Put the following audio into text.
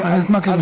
חבר הכנסת מקלב,